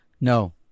No